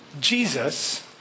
Jesus